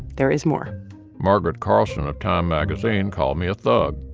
there is more margaret carlson of time magazine called me a thug.